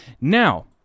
Now